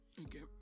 Okay